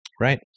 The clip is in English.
Right